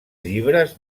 llibres